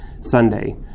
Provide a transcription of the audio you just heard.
Sunday